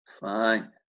Fine